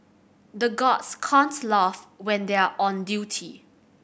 the guards can't laugh when they are on duty